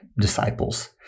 disciples